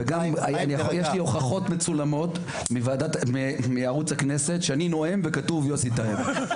וגם יש לי הוכחות מצולמות מערוץ הכנסת שאני נואם וכתוב: יוסי טייב.